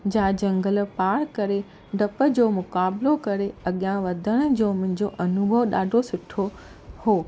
जा झंगल पार करे ॾप जो मुकाबलो करे अॻियां वधण जो मुंहिंजो अनुभव ॾाढो सुठो हुओ